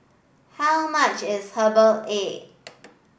how much is herbal egg